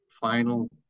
final